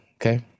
okay